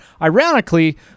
ironically